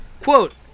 quote